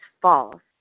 false